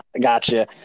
gotcha